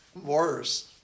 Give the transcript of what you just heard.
worse